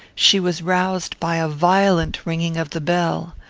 she was roused by a violent ringing of the bell.